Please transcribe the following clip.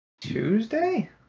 Tuesday